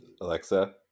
Alexa